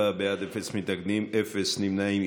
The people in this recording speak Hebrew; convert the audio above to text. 24 בעד, אין מתנגדים ואין נמנעים.